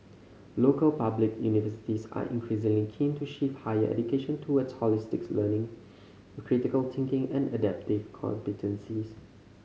local public universities are increasingly keen to shift higher education toward holistic learning critical thinking and adaptive competences